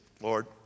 Lord